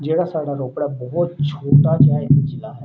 ਜਿਹੜਾ ਸਾਡਾ ਰੋਪੜ ਹੈ ਬਹੁਤ ਛੋਟਾ ਜਿਹਾ ਇੱਕ ਜ਼ਿਲ੍ਹਾ ਹੈ